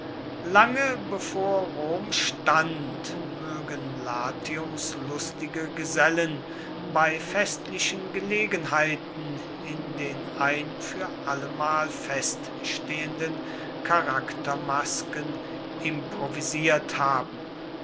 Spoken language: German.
lange bevor rom stand mögen latiums lustige gesellen bei festlichen gelegenheiten in den ein für allemal feststehenden charaktermasken improvisiert haben